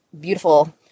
beautiful